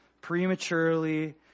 prematurely